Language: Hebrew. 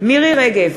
מירי רגב,